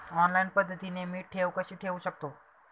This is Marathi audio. ऑनलाईन पद्धतीने मी ठेव कशी ठेवू शकतो?